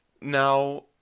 Now